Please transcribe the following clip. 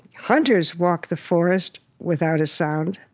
hunters walk the forest without a sound.